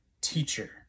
teacher